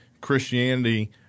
Christianity